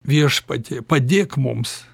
viešpatie padėk mums